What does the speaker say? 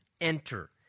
enter